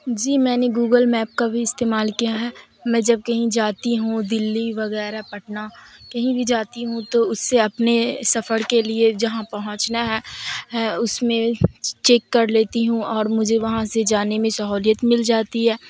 جی میں نے Google map کا بھی استعمال کیا ہے میں جب کہیں جاتی ہوں دلی وغیرہ پٹنہ کہیں بھی جاتی ہوں تو اس سے اپنے سفر کے لیے جہاں پہنچنا ہے ہے اس میں چیک کر لیتی ہوں اور مجھے وہاں سے جانے میں سہولیت مل جاتی ہے